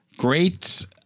Great